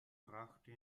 brachte